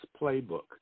playbook